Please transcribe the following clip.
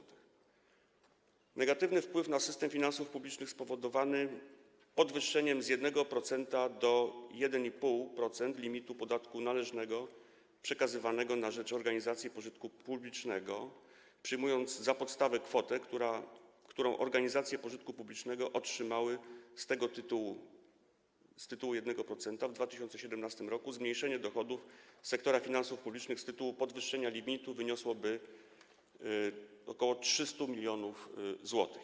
Jeżeli chodzi o negatywny wpływ na system finansów publicznych spowodowany podwyższeniem z 1% do 1,5% limitu podatku należnego przekazywanego na rzecz organizacji pożytku publicznego, przyjmując za podstawę kwotę, którą organizacje pożytku publicznego otrzymały z tytułu 1% w 2017 r., zmniejszenie dochodów sektora finansów publicznych z tytułu podwyższenia limitu wyniosłoby ok. 300 mln zł.